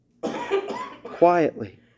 quietly